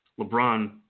LeBron